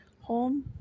home